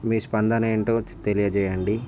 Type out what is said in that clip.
మీ స్పందన ఏంటో తెలియజేయండి